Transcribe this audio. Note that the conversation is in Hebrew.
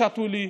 שתו לי.